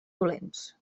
dolents